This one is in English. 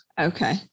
Okay